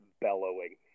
bellowing